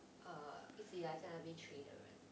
or 一直在那边 train 的人